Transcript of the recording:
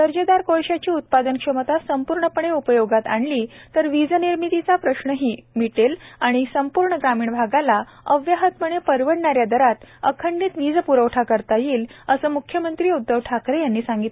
दर्जेदार कोळशाची उत्पादन क्षमता संपूर्णपणे उपयोगात आणली तर वीज निर्मितीचा प्रश्नही मिटेल आणि संपूर्ण ग्रामीण भागाला अव्याहतपणे परवडणाऱ्या दरात व अखंडित वीज प्रवठा करता येईल असे म्ख्यमंत्री उद्धव ठाकरे यांनी सांगितले